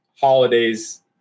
holidays